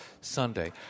Sunday